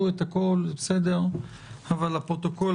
לפרוטוקול,